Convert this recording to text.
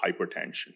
hypertension